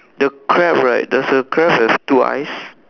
the crab right does the crab have two eyes